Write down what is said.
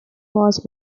was